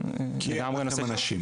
זה לגמרי נושאים --- כי אין לכם אנשים,